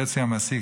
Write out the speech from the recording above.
חצי המעסיק,